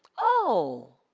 oh.